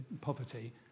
poverty